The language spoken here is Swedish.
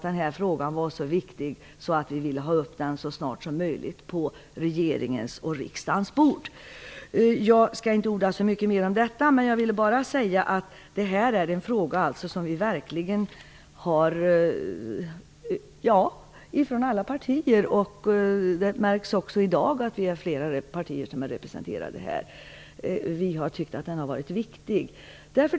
Det är roligt att säga att vi var eniga från vänster till höger. Jag skall inte orda så mycket mer om detta. Jag vill bara säga att det här är en fråga som verkligen engagerar alla partier. Det märks också i dag; flera partier är representerade. Vi tycker att frågan är angelägen.